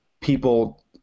people